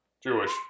Jewish